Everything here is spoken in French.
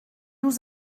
nous